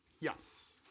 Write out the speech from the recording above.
yes